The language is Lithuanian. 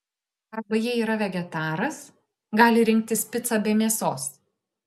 arba jei yra vegetaras gali rinktis picą be mėsos